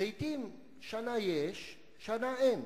זיתים, שנה יש, שנה אין,